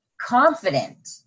confident